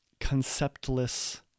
conceptless